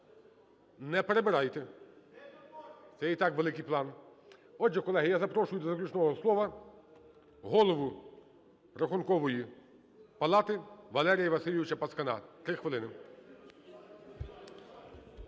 Не перебирайте… Це і так великий план. Отже, колеги, я запрошую до заключного слова голову Рахункової палати Валерія Васильовича Пацкана три хвилини.